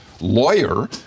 lawyer